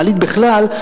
מעלית בכלל,